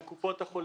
זה קופות החולים,